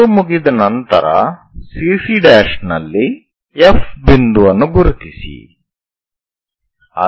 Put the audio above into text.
ಅದು ಮುಗಿದ ನಂತರ CC' ನಲ್ಲಿ F ಬಿಂದುವನ್ನು ಗುರುತಿಸಿ '